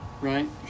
Right